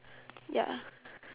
ya